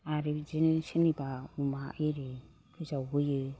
आरो बिदिनो सोरनिबा अमा आरि गोजावबोयो